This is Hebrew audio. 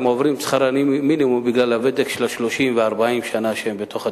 הם עוברים את שכר המינימום בגלל הוותק של 30 ו-40 שנה שהם בתפקיד.